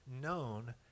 known